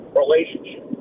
relationship